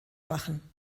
machen